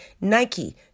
Nike